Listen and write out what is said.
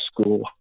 school